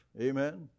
Amen